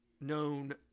known